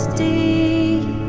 deep